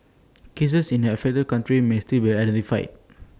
cases in the affected countries may still be identified